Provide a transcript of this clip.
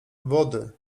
wody